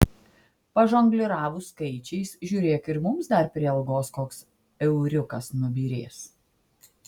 pažongliravus skaičiais žiūrėk ir mums dar prie algos koks euriukas nubyrės